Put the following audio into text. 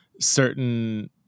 certain—